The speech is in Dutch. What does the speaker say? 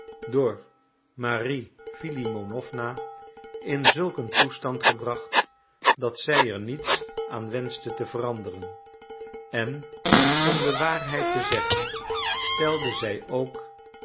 door marie filimonowna in zulk een toestand gebracht dat zij er niets aan wenschte te veranderen en om de waarheid te zeggen stelde zij ook